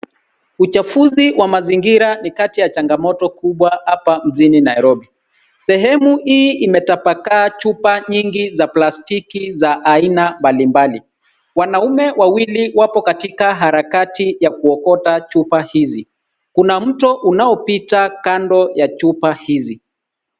Uchafuzi wa mazingira ni kati ya changamoto kubwa hapa mjini Nairobi. Sehemu hii imatapakaa chupa nyingi za plastiki za aina mbalimbali. Wanaume wawili wapo katika harakati ya kuokota chupa hizi. Kuna mto unaopita kando ya chupa hizi.